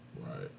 Right